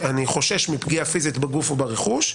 אלא אני חושש מפגיעה פיזית בגוף או ברכוש.